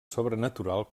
sobrenatural